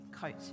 coat